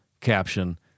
caption